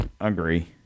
agree